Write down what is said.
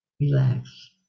Relax